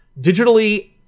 digitally